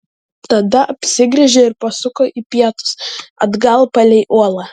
tada apsigręžė ir pasuko į pietus atgal palei uolą